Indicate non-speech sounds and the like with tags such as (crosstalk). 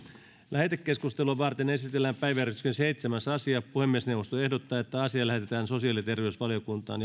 lähetekeskustelua varten esitellään päiväjärjestyksen seitsemäs asia puhemiesneuvosto ehdottaa että asia lähetetään sosiaali ja terveysvaliokuntaan (unintelligible)